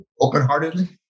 open-heartedly